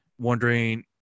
wondering